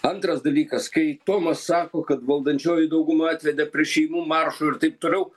antras dalykas kai tomas sako kad valdančioji dauguma atvedė prie šeimų maršo ir taip toliau